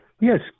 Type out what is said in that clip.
Yes